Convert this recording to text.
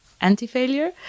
anti-failure